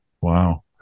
Wow